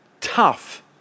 tough